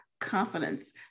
confidence